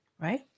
Right